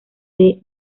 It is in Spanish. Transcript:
del